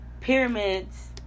Pyramids